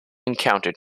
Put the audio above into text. encountered